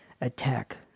attack